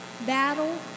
battle